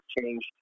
changed